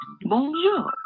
Bonjour